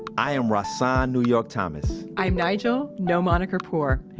i am rahsaan new york thomas i am nigel no moniker poor,